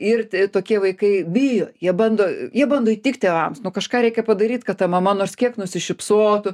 ir tokie vaikai bijo jie bando jie bando įtikti tėvams nu kažką reikia padaryt kad ta mama nors kiek nusišypsotų